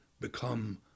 become